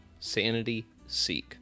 sanityseek